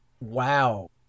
Wow